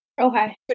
Okay